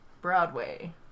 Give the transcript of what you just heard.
Broadway